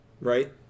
Right